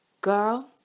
Girl